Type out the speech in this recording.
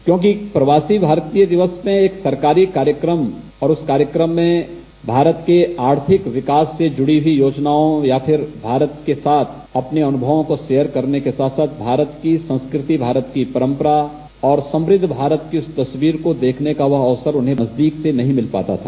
क्योंकि प्रवासी दिवस में एक सरकारी कार्यक्रम और उस कार्यक्रम में भारत के आर्थिक विकास से जुड़ी हुई योजनाओं या फिर भारत के साथ अपने अनुमवों को शेयर करने के साथ साथ भारत की संस्कृति भारत की परम्परा और समृद्ध भारत की उस तस्वीर को देखने का वह अवसर उन्हें नजदीक से नहीं मिल पाता था